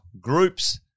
groups